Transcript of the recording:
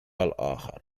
الآخر